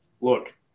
Look